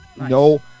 No